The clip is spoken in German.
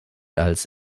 als